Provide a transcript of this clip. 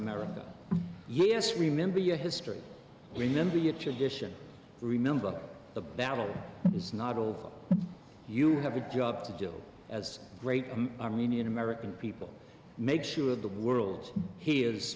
america yes remember your history remember your tradition remember the battle is not all of you have a job to do as great armenian american people make sure the world he